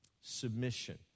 submission